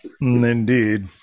Indeed